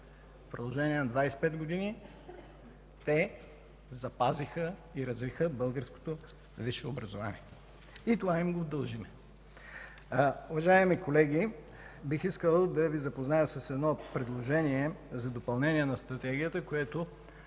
В продължение на 25 години те запазиха и развиха българското висше образование. И това им го дължим. Уважаеми колеги, бих искал да Ви запозная с едно предложение за допълнение на Стратегията, което